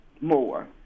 more